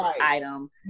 item